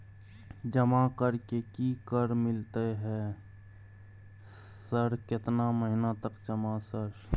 जमा कर के की कर मिलते है सर केतना महीना तक जमा सर?